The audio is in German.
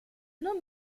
nur